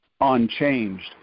unchanged